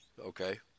okay